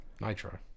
nitro